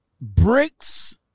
bricks